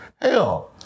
hell